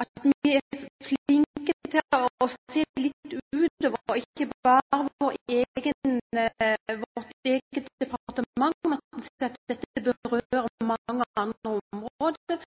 at man er flink til å se litt utover, ikke bare eget departement, fordi dette berører mange andre områder.